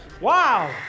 Wow